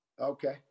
Okay